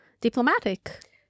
diplomatic